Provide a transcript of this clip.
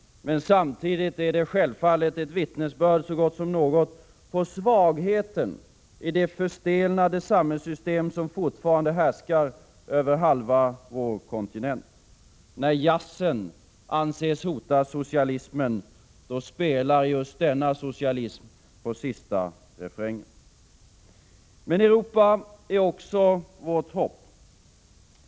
Men samtidigt är de självfallet ett vittnesbörd så gott som något om svagheten i det förstelnade samhällssystem som fortfarande härskar över halva vår kontinent. När jazzen anses hota socialismen, då spelar denna socialism på sista refrängen. Men Europa är också vårt hopp.